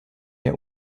der